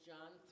John